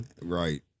Right